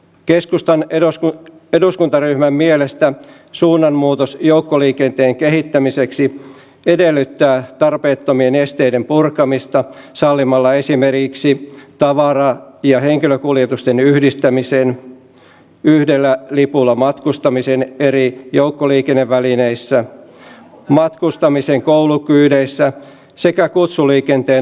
keskustan eduskuntaryhmän mielestä suunnanmuutos joukkoliikenteen kehittämiseksi edellyttää tarpeettomien esteiden purkamista sallimalla esimerkiksi tavara ja henkilökuljetusten yhdistämisen yhdellä lipulla matkustamisen eri joukkoliikennevälineissä matkustamisen koulukyydeissä sekä kutsuliikenteen laajentamisen